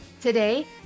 Today